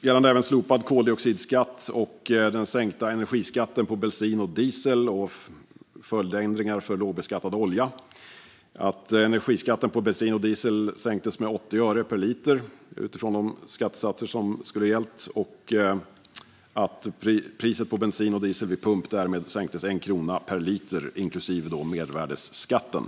Gällande även slopad koldioxidskatt och den sänkta energiskatten på bensin och diesel och följdändringar för lågbeskattad olja ska nämnas att energiskatten på bensin och diesel sänktes med 80 öre per liter utifrån de skattesatser som skulle ha gällt och att priset på bensin och diesel vid pump därmed sänktes med 1 krona per liter inklusive mervärdesskatten.